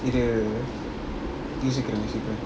இது:idhu